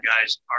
guys